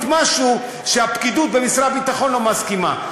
משהו שהפקידות במשרד הביטחון לא מסכימה לו.